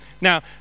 now